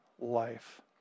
life